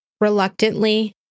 Reluctantly